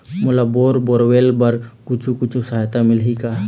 मोला bore borewells बर कुछू कछु सहायता मिलही का?